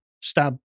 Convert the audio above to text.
stab